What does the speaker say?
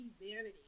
vanity